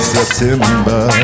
September